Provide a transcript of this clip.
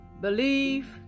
believe